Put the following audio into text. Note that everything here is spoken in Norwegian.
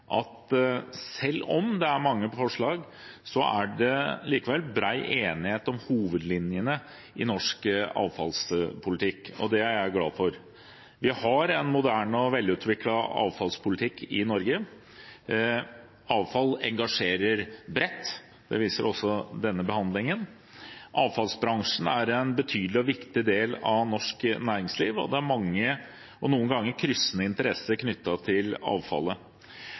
at selv om det er mange forslag, er det likevel bred enighet om hovedlinjene i norsk avfallspolitikk. Det er jeg glad for. Vi har en moderne og velutviklet avfallspolitikk i Norge. Avfall engasjerer bredt, det viser også denne behandlingen. Avfallsbransjen er en betydelig og viktig del av norsk næringsliv, og det er mange, noen ganger kryssende, interesser knyttet til avfallet.